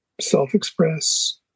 self-express